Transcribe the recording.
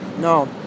No